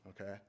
Okay